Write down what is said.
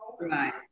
Right